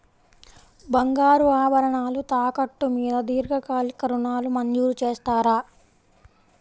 బంగారు ఆభరణాలు తాకట్టు మీద దీర్ఘకాలిక ఋణాలు మంజూరు చేస్తారా?